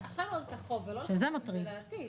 --- זה לעתיד.